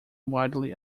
wildly